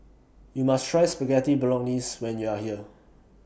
YOU must Try Spaghetti Bolognese when YOU Are here